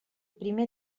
primer